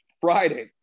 Friday